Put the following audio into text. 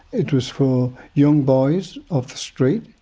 it was for young boys off the street,